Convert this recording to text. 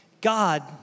God